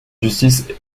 justice